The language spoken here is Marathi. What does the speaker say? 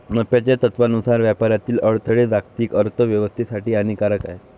नफ्याच्या तत्त्वानुसार व्यापारातील अडथळे जागतिक अर्थ व्यवस्थेसाठी हानिकारक आहेत